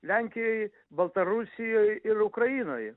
lenkijoj baltarusijoj ir ukrainoj